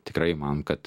tikrai man kad